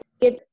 give